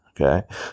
Okay